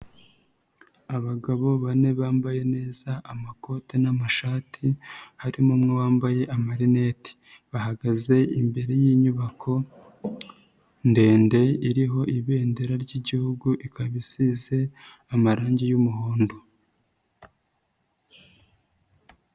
Abagabo bane bambaye neza amakote n'amashati, harimo umwe wambaye amarineti. Bahagaze imbere y'inyubako ndende, iriho ibendera ry'igihugu, ikaba isize amarangi y'umuhondo.